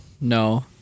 no